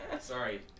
Sorry